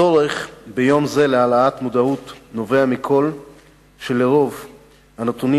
הצורך ביום זה להעלאת המודעות נובע מכך שלרוב הנתונים